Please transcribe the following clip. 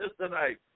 tonight